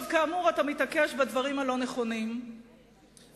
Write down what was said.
כאמור, אתה מתעקש בדברים הלא-נכונים ומתקפל